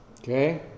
Okay